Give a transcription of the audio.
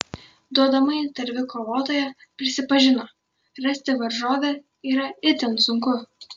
duodama interviu kovotoja prisipažino rasti varžovę yra itin sunku